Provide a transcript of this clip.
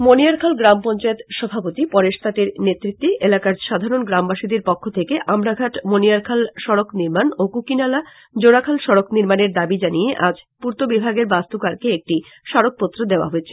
মণিয়ারখাল গ্রাম পঞ্চায়েত সভাপতি পরেশ তাঁতির নেতৃত্বে এলাকার সাধারন গ্রামবাসীদের পক্ষ থেকে আমড়াঘাট মণিয়ারখাল সড়ক নির্মান ও কুকিনালা জোড়াখাল সড়ক নির্মানের দাবী জানিয়ে আজ পূর্ত্ত বিভাগের বাস্তুকারকে একটি স্মারক পত্র দেওয়া হয়েছে